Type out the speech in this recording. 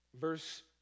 Verse